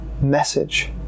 message